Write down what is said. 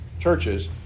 churches